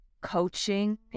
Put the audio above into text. coaching